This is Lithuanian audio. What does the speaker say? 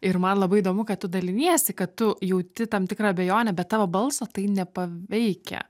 ir man labai įdomu kad tu daliniesi kad tu jauti tam tikrą abejonę bet tavo balso tai nepaveikia